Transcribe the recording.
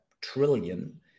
trillion